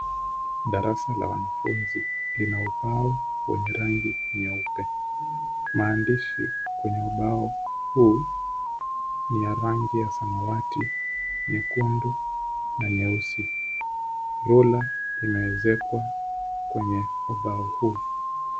Darasa la wanafunzi lina ubao wenye rangi nyeupe. Maandishi katika ubao huu ni rangi ya samawati, nyekundu na nyeusi. Rula imeezekwa kwenye ubao huu.